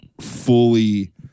fully